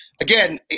again